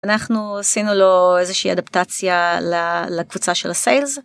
אנחנו עשינו לו איזה שהיא אדפטציה לקבוצה של הsales.